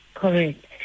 Correct